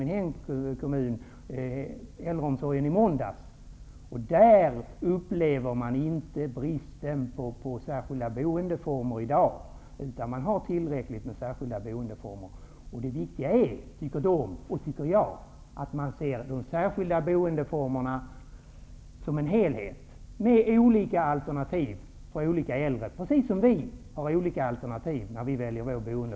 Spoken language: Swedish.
Det ger naturligtvis ingen bild av hela Sverige. Men där upplever man inte bristen på särskilda boendeformer. Där finns tillräckligt med särskilda boendeformer. Det viktiga är, tycker de och tycker jag, att de särskilda boendeformerna ses som en helhet med olika alternativ för olika äldre människor. Precis som vi har olika alternativ när vi väljer boende.